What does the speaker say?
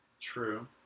True